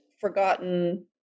forgotten